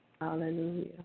Hallelujah